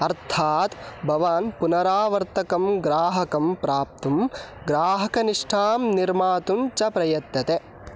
अर्थात् भवान् पुनरावर्तकं ग्राहकं प्राप्तुं ग्राहकनिष्ठां निर्मातुं च प्रयतते